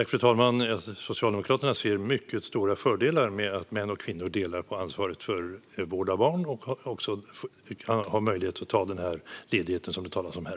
Fru talman! Socialdemokraterna ser mycket stora fördelar med att män och kvinnor delar på ansvaret för vård av barn och att man har möjlighet att ta ut den ledighet som det talas om här.